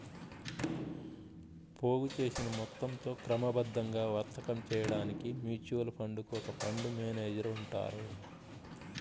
పోగుచేసిన మొత్తంతో క్రమబద్ధంగా వర్తకం చేయడానికి మ్యూచువల్ ఫండ్ కు ఒక ఫండ్ మేనేజర్ ఉంటారు